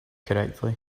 correctly